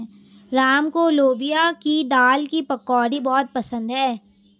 राम को लोबिया की दाल की पकौड़ी बहुत पसंद हैं